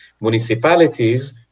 municipalities